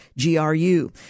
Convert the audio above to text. GRU